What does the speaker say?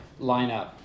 lineup